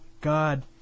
God